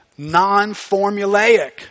Non-formulaic